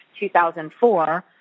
2004